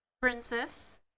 princess